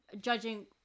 judging